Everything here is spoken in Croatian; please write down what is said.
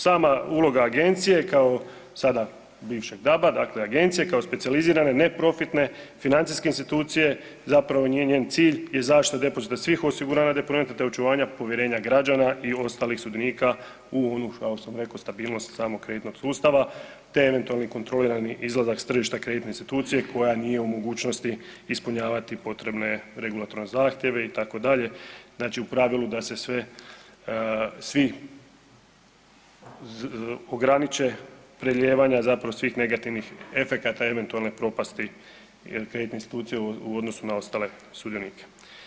Sama uloga agencije kao sada bivšeg DAB-a, dakle agencije kao specijalizirane neprofitne financijske institucije zapravo nije njen cilj je zaštita depozita svih osigurana deponenta, te očuvanja povjerenja građana i ostalih sudionika u … [[Govornik se ne razumije]] kao što sam reko stabilnost samog kreditnog sustava, te eventualni kontrolirani izlazak s tržišta kreditne institucije koja nije u mogućnosti ispunjavati potrebne regulatorne zahtjeve itd., znači u pravilu da se sve, svi ograniče preljevanja zapravo svih negativnih efekata eventualne propasti jedne kreditne institucije u odnosu na ostale sudionike.